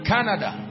Canada